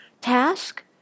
task